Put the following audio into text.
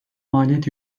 maliyet